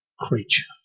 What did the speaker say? creature